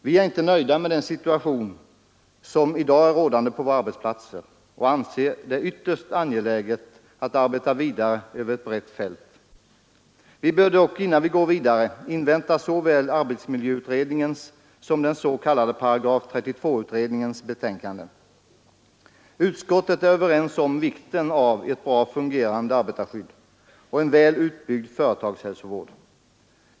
Vi är inte nöjda med den situation som i dag råder på våra arbetsplatser och anser det ytterst angeläget att arbeta vidare över ett brett fält. Vi bör dock innan vi går vidare invänta såväl arbetsmiljöutredningens som den s.k. 8 32-utredningens betänkande. Utskottet är enigt om vikten av ett bra fungerande arbetarskydd och en väl utbyggd företagshälsovård.